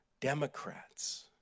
Democrats